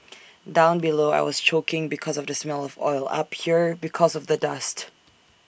down below I was choking because of the smell of oil up here because of the dust